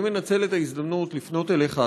אני מנצל את ההזדמנות לפנות אליך,